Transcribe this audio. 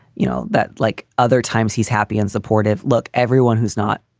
you know that like other times, he's happy and supportive. look, everyone who's not